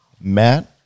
Matt